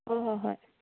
ꯍꯣꯏ ꯍꯣꯏ ꯍꯣꯏ